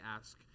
ask